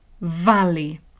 valley